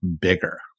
bigger